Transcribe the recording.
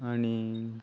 आनी